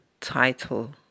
title